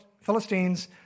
Philistines